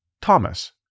Thomas